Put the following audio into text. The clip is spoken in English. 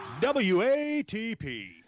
W-A-T-P